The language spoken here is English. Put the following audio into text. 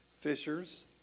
fishers